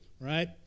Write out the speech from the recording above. right